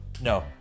no